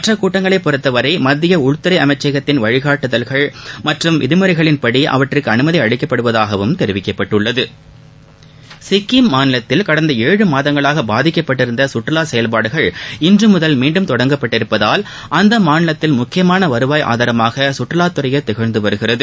மற்ற கூட்டங்களைப் பொறுத்தவரை மத்திய உள்துறை அமைச்சகத்தின் வழிகாட்டுதல் மற்றம் விதிமுறைகளின்படி அவற்றுக்கு அனுமதி அளிக்கப்படுதாகவும் தெரிவிக்கப்பட்டுள்ளது சிக்கிம் மாநிலத்தில் கடந்த ஏழு மாதங்களாக பாதிக்கப்பட்டிருந்த சுற்றுலா செயல்பாடுகள் இன்றுமுதல் மீண்டும் தொடங்கப்பட்டுள்ளதால் அந்த மாநிலத்தின் முக்கியமான வருவாய் ஆதாரமாக சுற்றுவாத் துறையே திகழ்ந்து வருகிறது